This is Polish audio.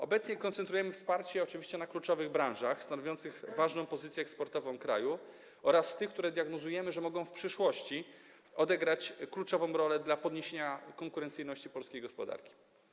Obecnie koncentrujemy wsparcie na kluczowych branżach, stanowiących ważną pozycję eksportową kraju, oraz tych, co do których diagnozujemy, że mogą w przyszłości odegrać kluczową rolę dla podniesienia konkurencyjności polskiej gospodarki.